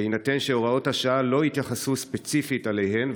בהינתן שהוראות השעה לא התייחסו ספציפית אליהן.